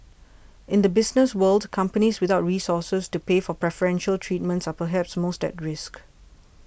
in the business world companies without resources to pay for preferential treatments are perhaps most at risk